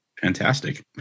Fantastic